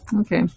Okay